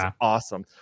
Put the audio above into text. awesome